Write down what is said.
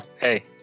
Hey